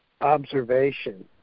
observation